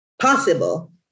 possible